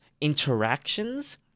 interactions